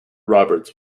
roberts